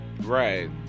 Right